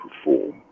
perform